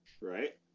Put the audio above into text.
right